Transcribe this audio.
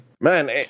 Man